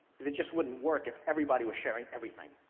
because it just wouldn't work if everybody was sharing everything.